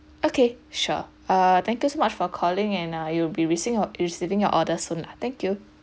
okay sure uh thank you so much for calling and uh you will be risking your err receiving your order soon lah thank you